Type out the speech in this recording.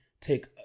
take